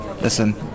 listen